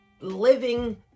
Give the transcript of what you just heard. living